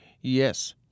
Yes